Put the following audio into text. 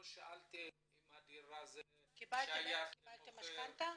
לא שאלתם אם הדירה שייכת למוכר --- קיבלתם משכנתא?